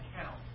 account